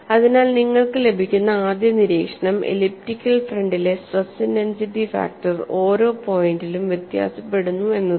അതിനാൽ നിങ്ങൾക്ക് ലഭിക്കുന്ന ആദ്യ നിരീക്ഷണം എലിപ്റ്റിക്കൽ ഫ്രണ്ടിലെ സ്ട്രെസ് ഇന്റെൻസിറ്റി ഫാക്ടർ ഓരോ പോയിന്റിലും വ്യത്യാസപ്പെടുന്നു എന്നതാണ്